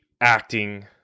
acting